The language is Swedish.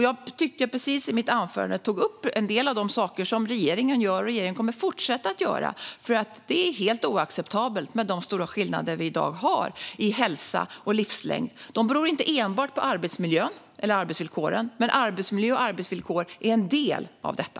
Jag tog i mitt anförande upp en del av de saker som regeringen gör och kommer att fortsätta att göra. Det är helt oacceptabelt med de stora skillnader vi i dag har i hälsa och livslängd. De beror inte enbart på arbetsmiljön eller arbetsvillkoren. Men arbetsmiljö och arbetsvillkor är en del av detta.